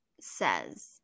says